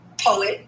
Poet